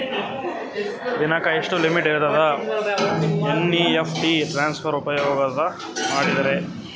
ದಿನಕ್ಕ ಎಷ್ಟ ಲಿಮಿಟ್ ಇರತದ ಎನ್.ಇ.ಎಫ್.ಟಿ ಟ್ರಾನ್ಸಫರ್ ಉಪಯೋಗ ಮಾಡಿದರ?